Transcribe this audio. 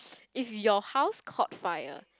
if your house caught fire